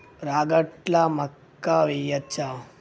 రాగట్ల మక్కా వెయ్యచ్చా?